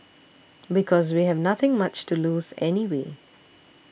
because we have nothing much to lose anyway